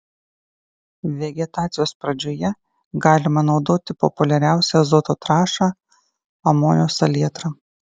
vegetacijos pradžioje galima naudoti populiariausią azoto trąšą amonio salietrą